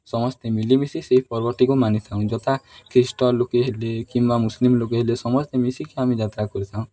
ସମସ୍ତେ ମିଳିମିଶି ସେହି ପର୍ବଟିକୁ ମାନିଥାଉ ଯଥା ଖ୍ରୀଷ୍ଟ ଲୋକେ ହେଲେ କିମ୍ବା ମୁସଲିମ୍ ଲୋକେ ହେଲେ ସମସ୍ତେ ମିଶିକି ଆମେ ଯାତ୍ରା କରିଥାଉ